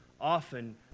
Often